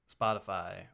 Spotify